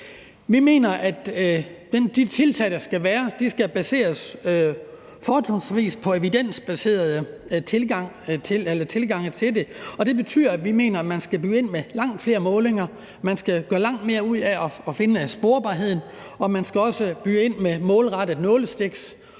Vi mener, at de tiltag, der skal være, skal baseres fortrinsvis på evidensbaserede tilgange. Og det betyder, at vi mener, at man skal begynde med langt flere målinger. Man skal gøre langt mere ud af at finde sporbarheden, og man også skal sætte ind med målrettede nålestiksopgaver